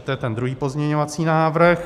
To je druhý pozměňovací návrh.